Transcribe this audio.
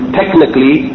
technically